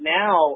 now